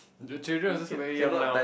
the children also so very young now